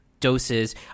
Doses